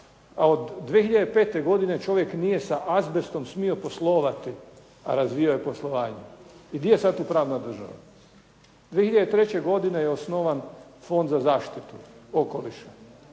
A od 2005. godine čovjek nije sa azbestom smio poslovati, a razvijao je poslovanje. I gdje je tu sada pravna država? 2003. je osnovan Fond za zaštitu okoliša.